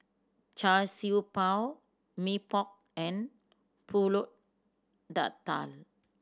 Char Siew Bao Mee Pok and Pulut Tatal